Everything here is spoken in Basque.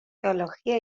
teologia